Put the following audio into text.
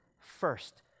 first